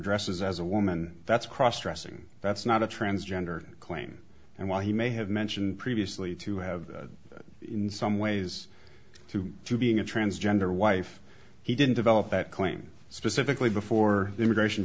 dresses as a woman that's cross dressing that's not a transgender claim and while he may have mentioned previously to have in some ways to being a transgender wife he didn't develop that claim specifically before the immigration